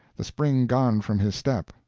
the spring gone from his step,